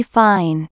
fine